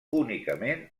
únicament